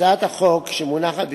הצעת החוק שמונחת לפניכם,